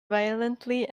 violently